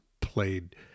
played